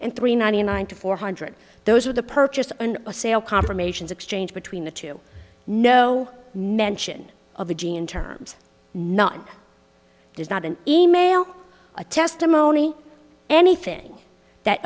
and three ninety nine to four hundred those are the purchased and a sale confirmations exchanged between the two no mention of a g in terms not does not an e mail a testimony anything that